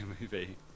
movie